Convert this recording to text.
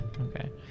Okay